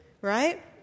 right